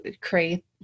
create